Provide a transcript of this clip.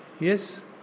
Yes